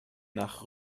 nach